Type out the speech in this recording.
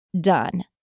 done